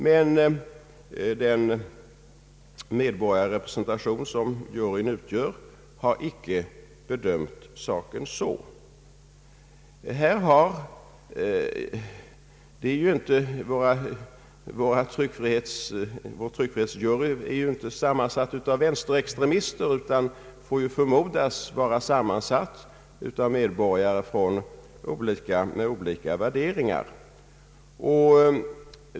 Men den medborgarrepresentation som juryn utgör har inte bedömt saken så. Vår tryckfrihetsjury är ju inte sammansatt av vänsterextremister utan får förmodas vara sammansatt av medborgare med olika värderingar.